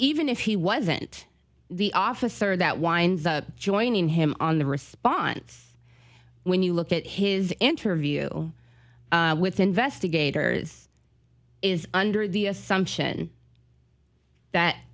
even if he wasn't the officer that winds joining him on the response when you look at his interview with investigators is under the assumption that